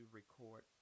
record